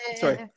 Sorry